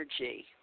energy